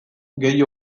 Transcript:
gehi